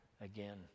again